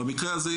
במקרה הזה,